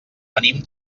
venim